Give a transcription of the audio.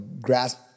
grasp